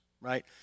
right